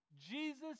Jesus